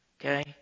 Okay